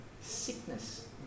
sickness